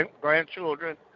grandchildren